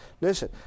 listen